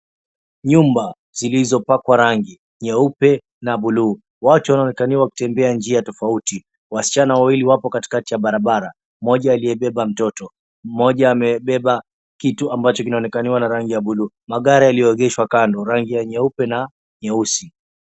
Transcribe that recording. Nyumba zilizopakwa rangi nyeupe na buluu. Watu wanaonekaniwa wakitembea njia tofauti tofauti. Wasichana wawili wapo katikati ya barabara. Mmoja aliyebeba mtoto, mmoja amebeba kitu ambacho kinaonekaniwa na rangi ya buluu. Magari yalioegeshwa kando, rangi ya nyeupe na nyeusi.